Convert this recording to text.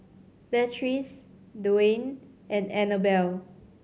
Latrice Dwaine and Annabell